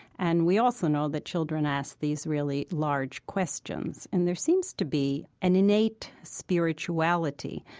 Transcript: and we also know that children ask these really large questions. and there seems to be an innate spirituality,